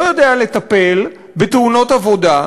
לא יודע לטפל בתאונות עבודה,